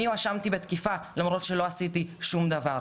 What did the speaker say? אני הואשמתי בתקיפה למרות שלא עשיתי שום דבר.